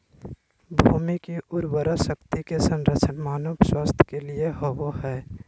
भूमि की उर्वरा शक्ति के संरक्षण मानव स्वास्थ्य के लिए होबो हइ